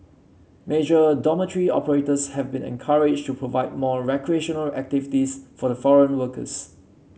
major dormitory operators have been encouraged to provide more recreational activities for the foreign workers